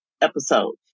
episode